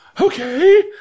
okay